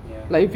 ya